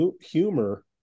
humor